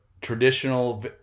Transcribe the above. traditional